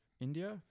India